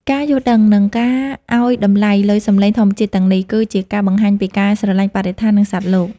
ការយល់ដឹង និងការឱ្យតម្លៃលើសំឡេងធម្មជាតិទាំងនេះ គឺជាការបង្ហាញពីការស្រឡាញ់បរិស្ថាន និងសត្វលោក។